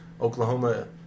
Oklahoma